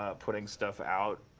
ah putting stuff out